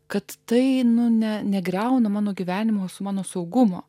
kad tai nu ne negriauna mano gyvenimo su mano saugumo